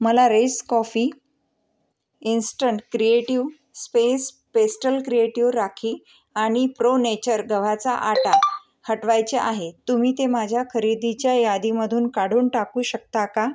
मला रेस coffee instant creative space pastel creative rakhi आनि प्रो नेचर गव्हाचा आटा हटवायचे आहे तुम्ही ते माझ्या खरेदीच्या यादीमधून काढून टाकू शकता का